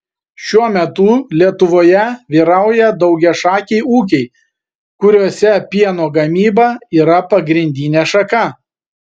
šiuo metu lietuvoje vyrauja daugiašakiai ūkiai kuriuose pieno gamyba yra pagrindinė šaka